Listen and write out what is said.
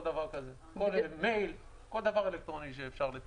כל דבר כזה, מייל כל דבר אלקטרוני שאפשר.